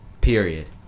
Period